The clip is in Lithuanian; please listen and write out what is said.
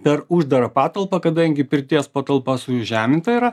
per uždarą patalpą kadangi pirties patalpa sužeminta yra